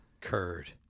Curd